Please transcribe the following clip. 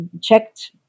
checked